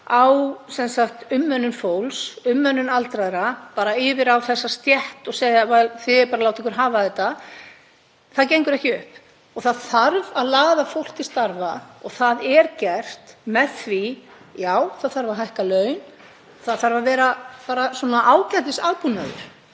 á umönnun fólks, umönnun aldraðra yfir á þessa stétt og segja: Þið eigið bara að láta ykkur hafa þetta. Það gengur ekki upp. Það þarf að laða fólk til starfa og það er gert með því að — já, það þarf að hækka laun. Það þarf að vera ágætisaðbúnaður